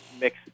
mix